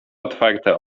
otwarte